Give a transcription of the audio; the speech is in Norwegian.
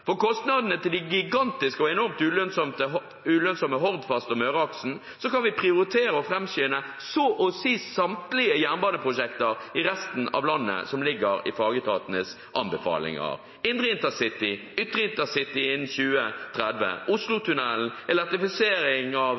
For kostnadene for den gigantiske og enormt ulønnsomme Hordfast og Møreaksen, kan vi prioritere å framskynde så å si samtlige jernbaneprosjekter i resten av landet som ligger i fagetatenes anbefalinger: indre intercity, ytre intercity innen 2030, Oslotunnelen, elektrifisering av